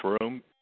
room